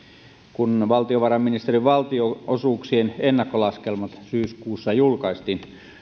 kun valtiovarainministeriön valtionosuuksien ennakkolaskelmat syyskuussa julkaistiin